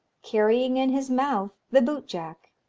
carrying in his mouth the bootjack,